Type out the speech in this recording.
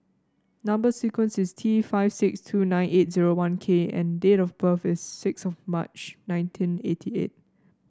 number sequence is T five six two nine eight zero one K and date of birth is six March nineteen eighty eight